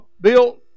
Bill